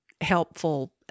helpful